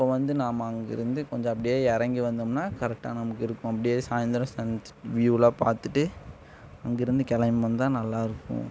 அப்போ வந்து நாம் அங்கிருந்து கொஞ்சம் அப்படியே இறங்கி வந்தோம்னால் கரெக்டாக நமக்கு இருக்கும் அப்படியே சாயந்தரம் சன்செட் வியூலாம் பார்த்துட்டு அங்கிருந்து கிளம்பி வந்தால் நல்லா இருக்கும்